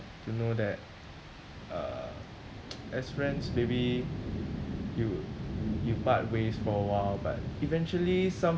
to know that uh as friends maybe you you part ways for a while but eventually some